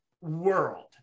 world